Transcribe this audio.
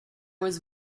was